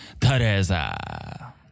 Teresa